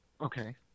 Okay